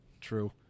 True